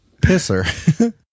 pisser